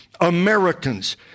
Americans